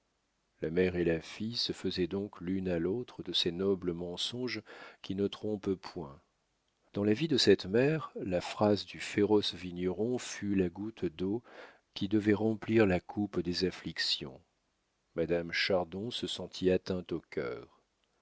la mère et la fille se faisaient donc l'une à l'autre de ces nobles mensonges qui ne trompent point dans la vie de cette mère la phrase du féroce vigneron fut la goutte d'eau qui devait remplir la coupe des afflictions madame chardon se sentit atteinte au cœur